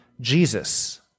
Jesus